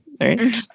right